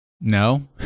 no